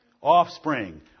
Offspring